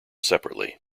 separately